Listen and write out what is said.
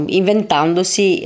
inventandosi